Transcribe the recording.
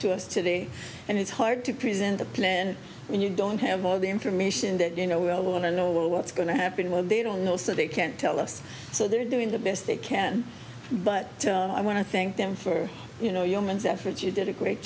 today and it's hard to present a plan when you don't have all the information that you know we all want to know what's going to happen when they don't know so they can't tell us so they're doing the best they can but i want to thank them for you know humans effort you did a great